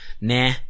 nah